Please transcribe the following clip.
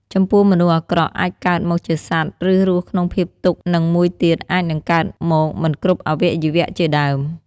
ចំពោះមនុស្សអាក្រក់អាចកើត មកជាសត្វ ឬរស់ក្នុងភាពទុក្ខ និងមួយទៀតអាចនឹងកើតមកមិនគ្រប់អាវៈយវៈជាដើម។